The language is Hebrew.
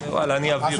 וואלה אני אעביר,